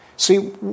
See